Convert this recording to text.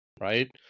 right